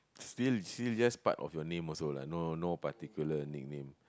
still still use part of your name also lah no particular nickname